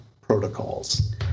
protocols